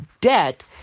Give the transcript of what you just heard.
debt